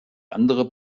andere